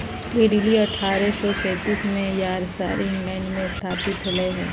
Tetley अठ्ठारह सौ सैंतीस में यॉर्कशायर, इंग्लैंड में स्थापित होलय हल